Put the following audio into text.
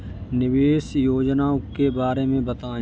निवेश योजनाओं के बारे में बताएँ?